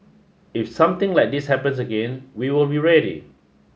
if something like this happens again we will be ready